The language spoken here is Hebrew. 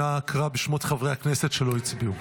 אנא קרא בשמות חברי הכנסת שלא הצביעו.